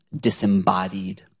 disembodied